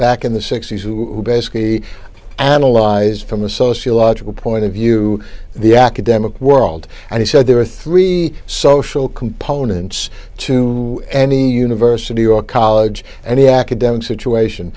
back in the sixty's who basically analyzed from a sociological point of view the academic world and he said there are three social components to any university or college and the academic situation